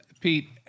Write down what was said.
Pete